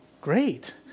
Great